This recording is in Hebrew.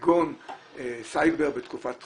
כגון סייבר בתקופת בחירות,